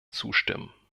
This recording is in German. zustimmen